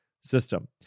system